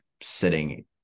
sitting